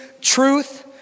truth